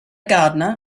gardener